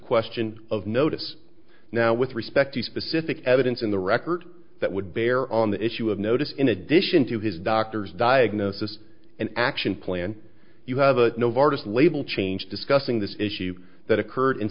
question of notice now with respect to specific evidence in the record that would bear on the issue of notice in addition to his doctor's diagnosis and action plan you have a no vargus label change discussing this issue that occurred in